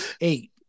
Eight